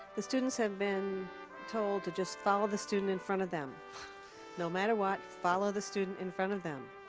the students have been told to just follow the student in front of them no matter what follow the student in front of them.